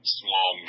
small